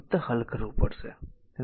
તેથી ફક્ત તે જ હલ કરવું પડશે